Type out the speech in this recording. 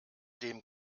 dem